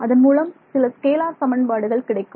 அதன் மூலம் சில ஸ்கேலார் சமன்பாடுகள் கிடைக்கும்